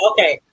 Okay